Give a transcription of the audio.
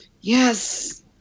yes